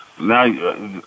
Now